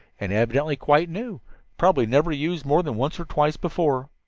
and evidently quite new probably never used more than once or twice before.